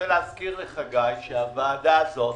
הוועדה הזו,